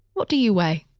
what do you weigh?